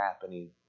happening